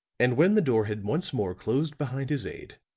and when the door had once more closed behind his aid,